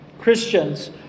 Christians